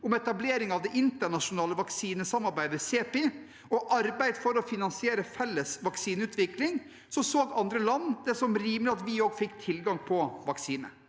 om etablering av det internasjonale vaksinesamarbeidet CEPI og arbeid for å finansiere felles vaksineutvikling, så andre land det som rimelig at vi også fikk tilgang på vaksiner.